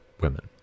women